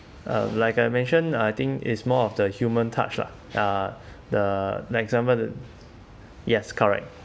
uh like I mentioned uh I think is more of the human touch lah uh the example that yes correct